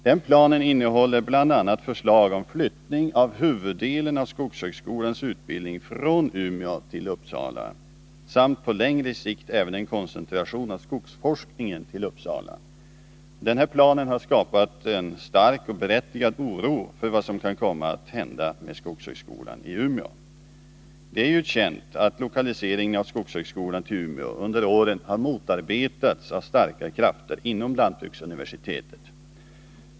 Den planen innehåller bl.a. förslag om flyttning av huvuddelen av skogshögskolans utbildning från Umeå till Uppsala, samt på längre sikt även en koncentration av skogsforskningen till Uppsala. Denna plan har skapat en stark och berättigad oro för vad som kan komma att hända med skogshögskolan i Umeå. Det är känt att lokaliseringen av skogshögskolan till Umeå under åren har motarbetats av starka krafter inom lantbruksuniversitetet.